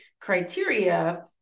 criteria